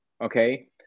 okay